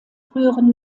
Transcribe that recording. früheren